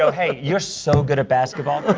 so hey, you're so good at basketball.